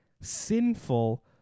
sinful